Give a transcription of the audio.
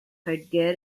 headgear